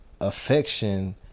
affection